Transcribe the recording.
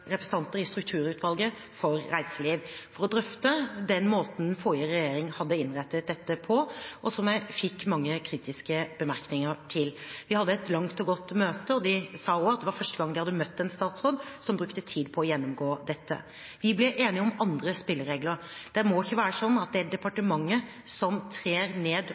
representanter i Strukturutvalget for reiseliv for å drøfte den måten forrige regjering hadde innrettet dette på, og som jeg fikk mange kritiske bemerkninger til. Vi hadde et langt og godt møte. De sa også at det var første gang de hadde møtt en statsråd som brukte tid på å gjennomgå dette. Vi ble enige om andre spilleregler. Det må ikke være sånn at det er departementet som trer ned